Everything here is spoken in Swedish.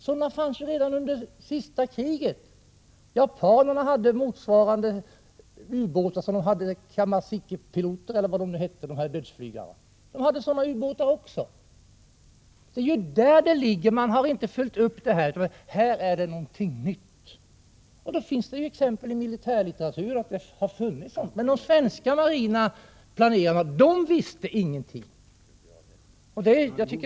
Sådana fanns ju redan under det senaste kriget. Japanerna hade dödsflygare och de hade motsvarande ubåtar också. Det är där det ligger: Man har inte följt upp detta utan säger att det är något nytt. Det finns ju exempel i militärlitteraturen att det har funnits miniubåtar. Men de svenska marina planerarna visste ingenting.